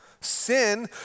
Sin